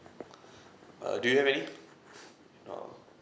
uh do you have any or